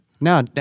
No